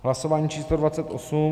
Hlasování číslo dvacet osm.